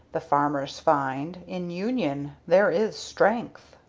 the farmers find in union there is strength.